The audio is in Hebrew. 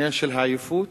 עניין העייפות?